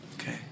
Okay